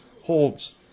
holds